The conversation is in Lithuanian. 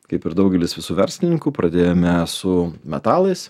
kaip ir daugelis visų verslininkų pradėjome su metalais